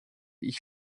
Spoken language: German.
ich